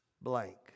blank